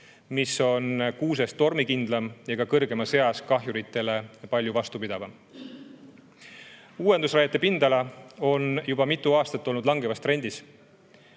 mis on kuusest tormikindlam ja isegi kõrgemas eas ka kahjuritele palju vastupidavam. Uuendusraiete pindala on juba mitu aastat olnud langevas trendis